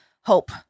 hope